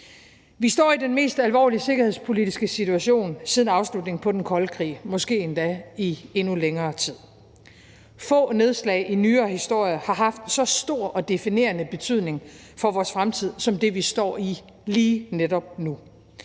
Vi står i den mest alvorlige sikkerhedspolitiske situation siden afslutningen på den kolde krig, måske endda i endnu længere tid. Få nedslag i nyere historie har haft så stor og definerende betydning for vores fremtid som det, vi står i lige netop nu.